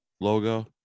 logo